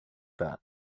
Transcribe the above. that